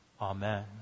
Amen